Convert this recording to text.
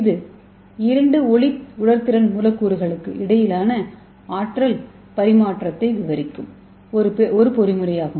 இது இரண்டு ஒளி உணர்திறன் மூலக்கூறுகளுக்கு இடையிலான ஆற்றல் பரிமாற்றத்தை விவரிக்கும் ஒரு பொறிமுறையாகும்